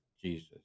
Jesus